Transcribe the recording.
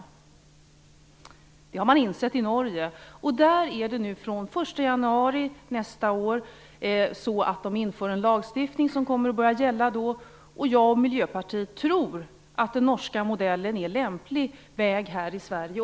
Detta har man insett i Norge, där den 1 januari nästa år en ny lagstiftning börjar gälla. Jag och Miljöpartiet tror att den norska modellen är en lämplig väg också här i Sverige.